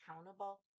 accountable